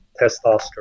testosterone